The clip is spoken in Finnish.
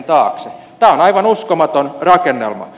tämä on aivan uskomaton rakennelma